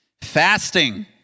Fasting